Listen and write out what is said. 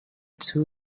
two